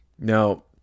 Now